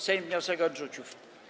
Sejm wniosek odrzucił.